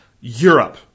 Europe